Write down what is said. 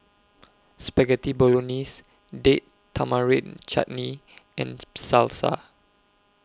Spaghetti Bolognese Date Tamarind Chutney and Salsa